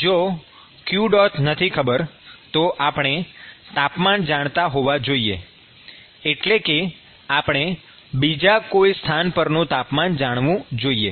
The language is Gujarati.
જો q નથી ખબર તો આપણે તાપમાન જાણતા હોવા જોઈએ એટલે કે આપણે બીજા કોઈ સ્થાન પરનું તાપમાન જાણવું જોઈએ